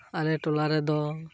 ᱟᱞᱮ ᱴᱚᱞᱟᱨᱮᱫᱚ